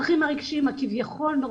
בילד כביכול עולה